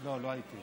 לא, לא הייתי.